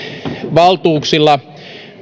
valtuuksilla